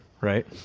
right